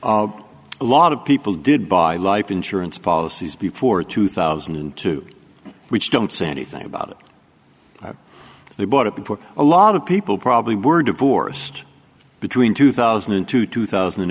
a lot of people did buy life insurance policies before two thousand and two which don't say anything about it they bought it for a lot of people probably were divorced between two thousand and two two thousand and